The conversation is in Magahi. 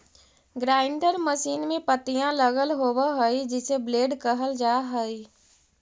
ग्राइण्डर मशीन में पत्तियाँ लगल होव हई जिसे ब्लेड कहल जा हई